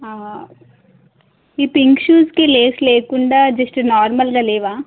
ఈ పింక్ షూస్కి లేస్ లేకుండా జస్ట్ నార్మల్గా లేవా